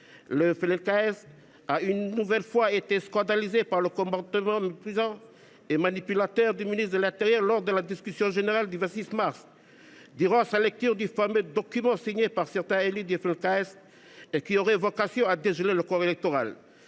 (FLNKS) a une nouvelle fois été scandalisé par le comportement méprisant et manipulateur du ministre de l’intérieur lors de la discussion générale le 26 mars, par la lecture qu’il a faite du fameux document signé par certains élus du FLNKS et qui appellerait à dégeler le corps électoral.